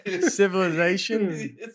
Civilization